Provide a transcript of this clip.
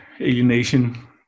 alienation